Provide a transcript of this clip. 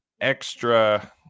extra